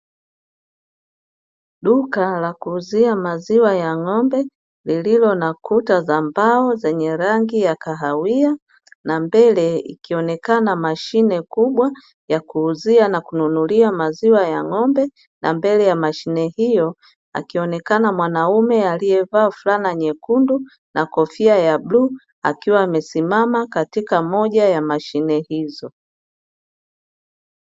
Duka la kuuzia maziwa ya ng'ombe lililonakuta za mbao zenye rangi ya kahawia na mbele, ikionekana mashine kubwa ya kuuzia na kununulia maziwa ya ng'ombe na mbele ya mashine hiyo akionekana mwanamume aliyevaa fulana nyekundu na kofia ya bluu akiwa amesimama katika moja ya machine hizo.